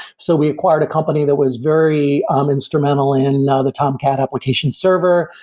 so we acquired a company that was very um instrumental in ah the tomcat application server.